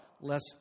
less